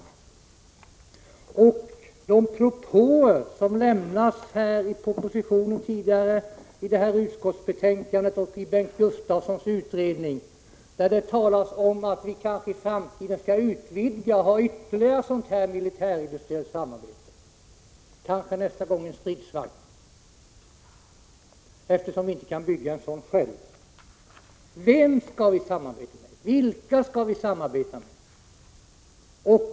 Vad är att säga om de propåer som framförts i propositionen, i utskottsbetänkandet och i Bengt Gustavssons utredning, där det sägs att vi i framtiden kanske skall ha ytterligare militärindustriellt samarbete — nästa gång kanske om en stridsvagn, eftersom vi inte kan bygga en sådan själva? Vilka skall vi samarbeta med?